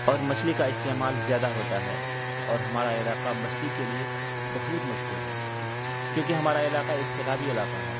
اور مچھلی کا استعمال زیادہ ہوتا ہے اور ہمارا علاقہ مچھلی کے لیے بہت مشہور ہے کیونکہ ہمارا علاقہ ایک سیلابی علاقہ ہے